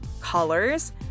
colors